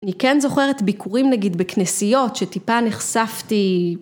אני כן זוכרת ביקורים נגיד בכנסיות שטיפה נחשפתי.